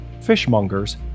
fishmongers